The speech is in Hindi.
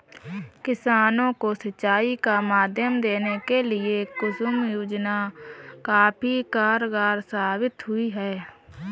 किसानों को सिंचाई का माध्यम देने के लिए कुसुम योजना काफी कारगार साबित हुई है